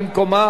אז אני,